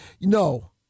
no